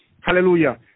Hallelujah